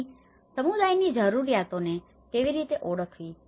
તેથી સમુદાયની જરૂરિયાતોને કેવી રીતે ઓળખવી